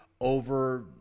over